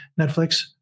Netflix